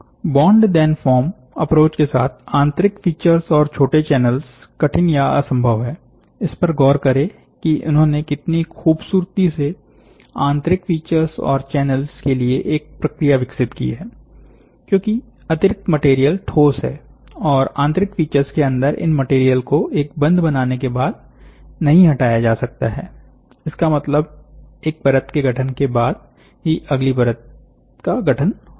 bond then form approach के साथ आंतरीक फीचर्सऔर छोटे चैनल्स कठिन या असंभव है इस पर गौर करें कि उन्होंने कितनी खूबसूरती से आंतरिक फीचर्स और चैनल्स के लिए एक प्रक्रिया विकसित की है क्योकि अतिरिक्त मटेरियल ठोस है और आंतरिक फीचर्स के अंदर इन मटेरियल को एक बंध बनाने के बाद नहीं हटाया जा सकता है इसका मतलब एक परत के गठन के बाद ही अगली अगली परत का गठन होगा